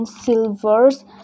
silvers